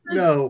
no